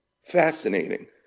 fascinating